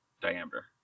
diameter